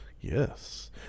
yes